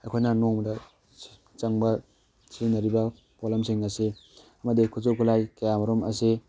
ꯑꯩꯈꯣꯏꯅ ꯅꯣꯡꯃꯗ ꯆꯪꯕ ꯁꯤꯖꯤꯟꯅꯔꯤꯕ ꯄꯣꯠꯂꯝꯁꯤꯡ ꯑꯁꯤ ꯑꯃꯗꯤ ꯈꯨꯠꯁꯨ ꯈꯨꯠꯂꯥꯏ ꯀꯌꯥ ꯑꯃꯔꯣꯝ ꯑꯁꯤ